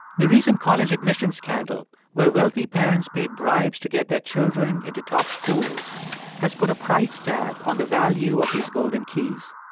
the recent college admissions scandal where wealthy parents paid bribes to get their children into top schools has put a price tag on the value of these golden keys.